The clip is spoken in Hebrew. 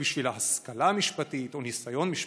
בשבילה השכלה משפטית או ניסיון משפטי.